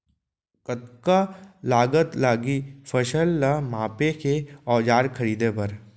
कतका लागत लागही फसल ला मापे के औज़ार खरीदे बर?